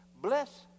bless